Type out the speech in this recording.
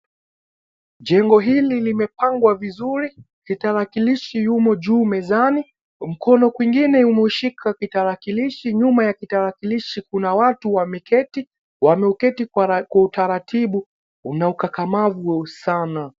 Jengo hili limepangwa vizuri, kitarakilishi yumo juu mezani mkono kwingine umeushika kitarakilishi nyuma ya kitarakilishi kuna watu wameketi, wameketi kwa utaratibu na ukakamavu sana.